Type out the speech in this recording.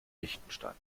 liechtenstein